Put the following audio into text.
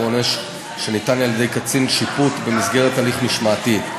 עונש שניתן על-ידי קצין שיפוט במסגרת הליך משמעתי.